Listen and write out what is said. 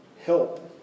help